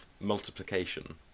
multiplication